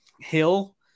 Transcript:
hill